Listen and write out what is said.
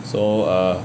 so err